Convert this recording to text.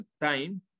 time